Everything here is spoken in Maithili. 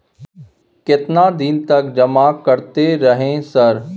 केतना दिन तक जमा करते रहे सर?